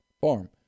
Farm